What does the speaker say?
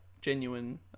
genuine